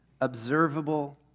observable